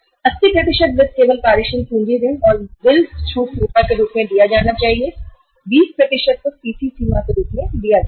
80 वित्त केवल कार्यशील पूँजी ऋण और बिल छूट सुविधा के रूप में दिया जाना चाहिए और 20 को सीसी लिमिट के रूप में दिया जा सकता है